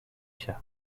się